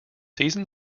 season